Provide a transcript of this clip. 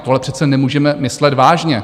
Tohle přece nemůžeme myslet vážně!